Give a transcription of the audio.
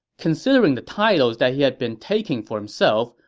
considering the titles that he had been taking for himself,